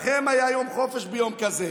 לכם היה יום חופש ביום כזה.